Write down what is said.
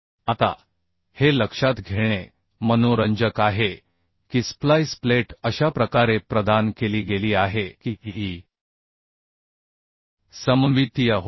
आता हे लक्षात घेणे मनोरंजक आहे की स्प्लाइस प्लेट अशा प्रकारे प्रदान केली गेली आहे की ती सममितीय होणे